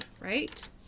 right